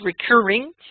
recurring